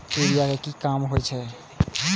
Urea के की काम होई छै?